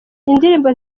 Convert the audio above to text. indirimbo